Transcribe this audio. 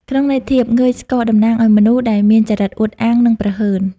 ក្នុងន័យធៀប «ងើយស្កក» តំណាងឱ្យមនុស្សដែលមានចរិតអួតអាង និងព្រហើន។